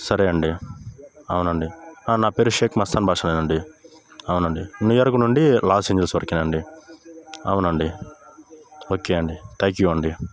సరే అండి అవునండి నా పేరు షేఖ్ మస్తాన్ భాషానే అండి అవునండి న్యూ యార్క్ నుండి లాస్ ఏంజెల్స్ వరకేనండి అవునండి ఓకే అండి థ్యాంక్ యూ అండి